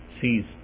sees